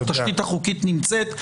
התשתית החוקית נמצאת.